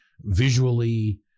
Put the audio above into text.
visually